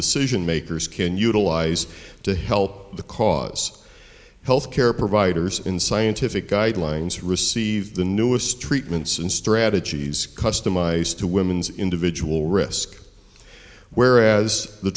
decision makers can utilize to help the cause healthcare providers in scientific guidelines receive the newest treatments and strategies customized to women's individual risk whereas the